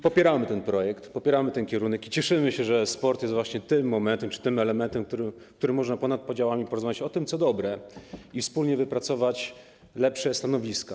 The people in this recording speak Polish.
Popieramy ten projekt, popieramy ten kierunek i cieszymy się, że sport jest właśnie tym momentem, tym elementem, w przypadku którego można ponad podziałami porozmawiać o tym, co dobre, i wspólnie wypracować lepsze stanowiska.